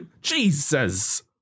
Jesus